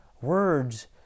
Words